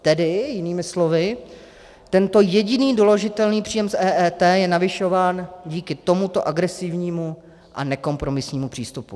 Tedy jinými slovy, tento jediný doložitelný příjem z EET je navyšován díky tomuto agresivnímu a nekompromisnímu přístupu.